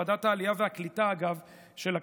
ועדת העלייה והקליטה של הכנסת,